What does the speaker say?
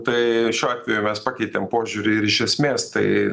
tai šiuo atveju mes pakeitėm požiūrį ir iš esmės tai